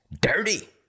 dirty